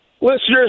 listeners